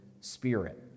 spirit